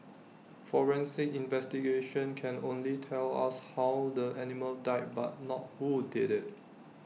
forensic investigations can only tell us how the animal died but not who did IT